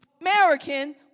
American